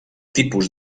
tipus